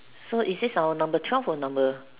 so is this our number twelve or number